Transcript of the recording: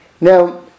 Now